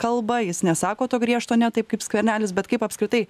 kalba jis nesako to griežto ne taip kaip skvernelis bet kaip apskritai